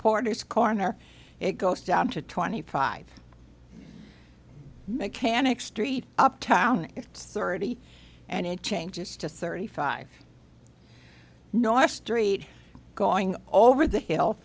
porter's corner it goes down to twenty five mechanic street uptown thirty and it changes just thirty five no i street going over the hill